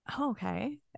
Okay